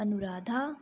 Anuradha